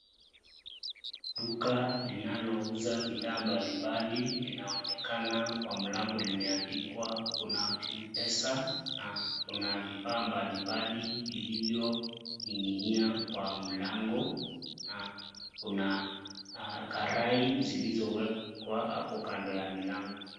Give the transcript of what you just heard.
Duka linalouza bidhaa mbalimbali linaonekana kwa mlango limeandikwa kuna M-PESA na kuna vifaa mbalimbali vilivyoning'inia kwa mlango na kuna karai zilizowekwa hapo kando ya milango.